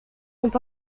sont